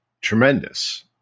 Tremendous